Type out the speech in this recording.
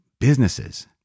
businesses